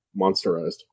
monsterized